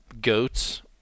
goats